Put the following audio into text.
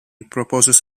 proposes